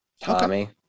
Tommy